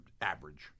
average